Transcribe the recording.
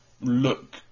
look